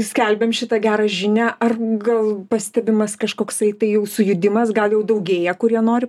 skelbiam šitą gerą žinią ar gal pastebimas kažkoksai tai jau sujudimas gal jau daugėja kurie nori